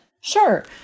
Sure